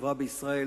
לחברה בישראל,